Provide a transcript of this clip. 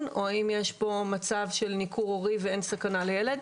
או האם יש פה מצב של ניכור הורי ואין סכנה לילד.